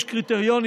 יש קריטריונים,